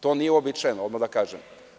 To nije uobičajeno, odmah da kažem.